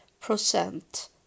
percent